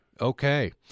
Okay